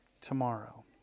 tomorrow